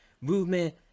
movement